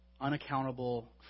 unaccountable